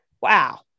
wow